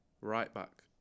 right-back